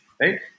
right